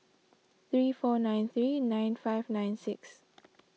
three four five three nine five nine six